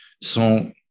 sont